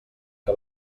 que